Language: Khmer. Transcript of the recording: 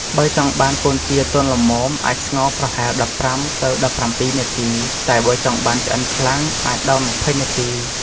បើចង់បានកូនទាទន់ល្មម អាចស្ងោរប្រហែល ១៥-១៧ នាទី តែបើចង់បានឆ្អិនខ្លាំង អាចដល់ ២០ នាទី។